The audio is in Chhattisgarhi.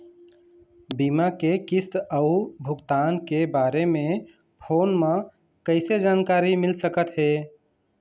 बीमा के किस्त अऊ भुगतान के बारे मे फोन म कइसे जानकारी मिल सकत हे?